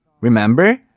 Remember